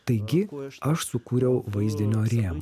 taigi aš sukūriau vaizdinio rėmą